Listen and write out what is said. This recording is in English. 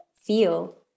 feel